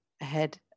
ahead